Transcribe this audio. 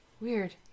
Weird